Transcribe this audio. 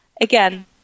again